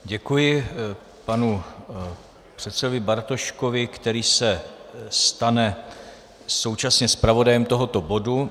Děkuji panu předsedovi Bartoškovi, který se stane současně zpravodajem tohoto bodu.